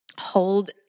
hold